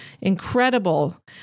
incredible